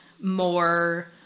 more